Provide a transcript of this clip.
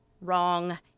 Wrong